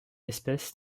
espèce